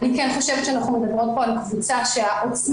אני כן חושבת שאנחנו מדברים פה על קבוצה שהעוצמה